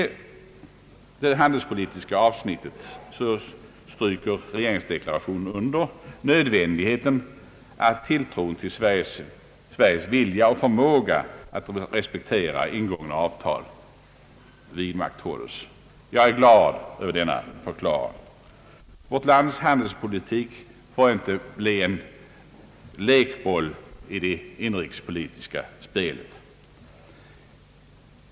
I det handelspolitiska avsnittet stryker regeringsdeklarationen under nödvändigheten av att tilltron till Sveriges vilja och förmåga att respektera ingångna avtal vidmakthålles. Jag är glad över denna förklaring. Vårt lands handelspolitik får inte bli en lekboll i det inrikespolitiska spelet.